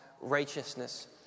righteousness